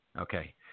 Okay